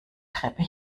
treppe